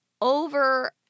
Over